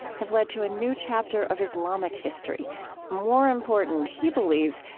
have led to a new chapter of islamic history more important, he believes,